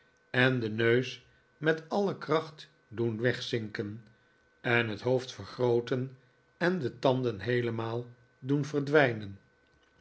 en den neus met alle kracht doen wegzinken en het hoofd vergrooten en de tanden heelemaal doen verdwijnen